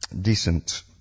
decent